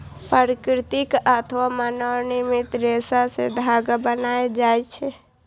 प्राकृतिक अथवा मानव निर्मित रेशा सं धागा बनायल जाए छै